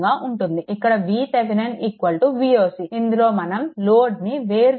ఇక్కడ VThevenin Voc ఇందులో మనం లోడ్ని వేరు చేసి తీసేశాము